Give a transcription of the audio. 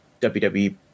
WWE